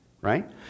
right